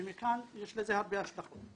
ומכאן, יש לזה הרבה השלכות.